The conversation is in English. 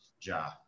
Ja